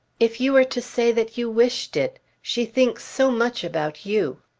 if you were to say that you wished it! she thinks so much about you.